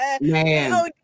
man